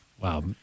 Wow